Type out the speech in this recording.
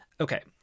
Okay